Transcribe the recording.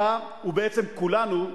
אתה, ובעצם כולנו,